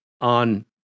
on